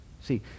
See